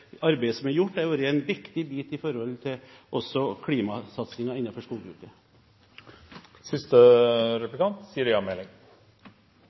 arbeidet som er gjort, har vært en viktig bit